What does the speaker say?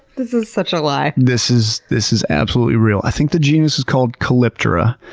this is such a lie. this is this is absolutely real. i think the genus is called calyptra,